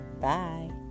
Bye